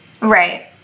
Right